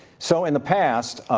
so in the past,